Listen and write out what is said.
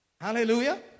Hallelujah